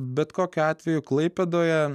bet kokiu atveju klaipėdoje